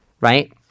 right